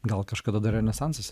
gal kažkada dar renesansas